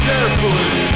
Carefully